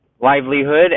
livelihood